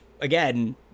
again